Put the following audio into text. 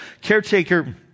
caretaker